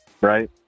right